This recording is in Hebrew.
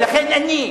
ולכן אני,